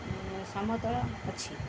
ସମତଳ ଅଛି